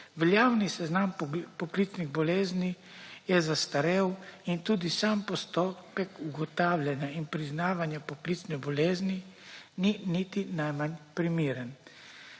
Veljavni seznam poklicnih bolezni je zastarel in tudi sam postopek ugotavljanja in priznavanja poklicne bolezni ni niti najmanj primeren.